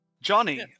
Johnny